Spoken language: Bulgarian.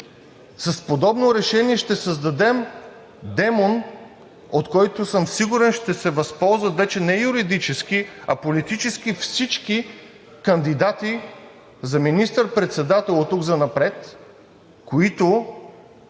С подобно решение ще създадем демон, от който съм сигурен ще се възползват вече не юридически, а политически всички кандидати за министър председател оттук занапред, които